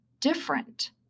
different